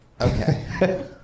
okay